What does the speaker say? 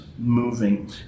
Moving